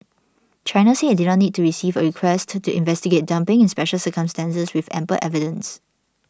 China said it did not need to receive a request to do investigate dumping in special circumstances with ample evidence